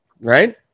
right